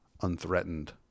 unthreatened